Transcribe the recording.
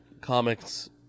comics